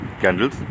candles